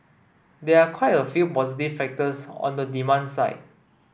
there are quite a few positive factors on the demand side